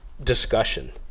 Discussion